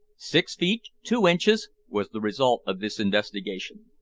six feet two inches, was the result of this investigation.